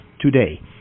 today